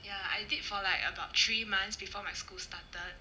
ya I did for like about three months before my school started